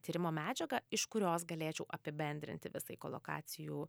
tyrimo medžiagą iš kurios galėčiau apibendrinti visai kolokacijų